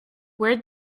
where